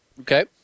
Okay